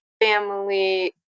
family